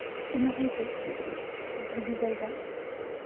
ᱚᱱᱟ ᱦᱩᱭᱛᱮ ᱵᱷᱟᱜᱮ ᱡᱟᱭᱜᱟ